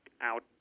out